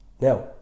Now